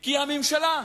כי הממשלות